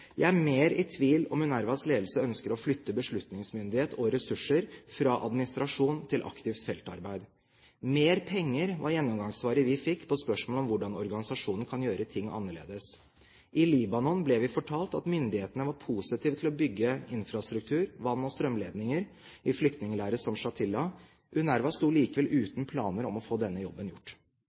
Jeg er mer i tvil om UNRWAs ledelse ønsker å flytte beslutningsmyndighet og ressurser fra administrasjon til aktivt feltarbeid. Mer penger var gjennomgangssvaret vi fikk på spørsmål om hvordan organisasjonen kan gjøre ting annerledes. I Libanon ble vi fortalt at myndighetene var positive til å bygge infrastruktur – vann- og strømledninger – i flyktningleire som Shatila. UNRWA sto likevel uten planer om å få denne jobben gjort.